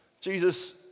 Jesus